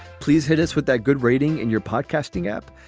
please hit us with that good rating and your podcasting app.